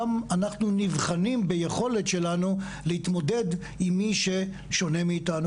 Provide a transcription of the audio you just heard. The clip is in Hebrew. שם אנחנו נבחנים ביכולת שלנו להתמודד עם מי ששונה מאיתנו,